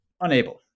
unable